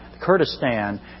Kurdistan